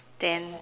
then